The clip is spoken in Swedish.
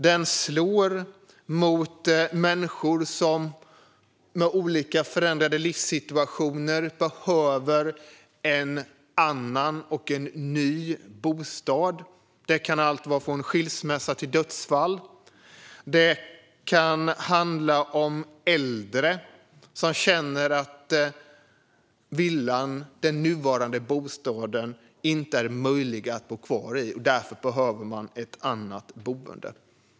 Den slår mot människor som med olika förändrade livssituationer behöver en annan, ny bostad. Det kan vara allt från skilsmässa till dödsfall. Det kan handla om äldre som känner att den nuvarande villan eller bostaden inte är möjlig att bo kvar i och som därför behöver ett annat boende.